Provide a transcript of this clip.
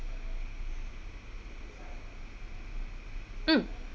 mm